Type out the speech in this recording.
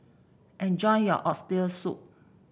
enjoy your Oxtail Soup